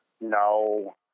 No